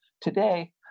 today